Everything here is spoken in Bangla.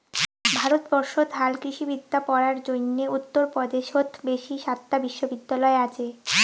ভারতবর্ষত হালকৃষিবিদ্যা পড়ার জইন্যে উত্তর পদেশত বেশি সাতটা বিশ্ববিদ্যালয় আচে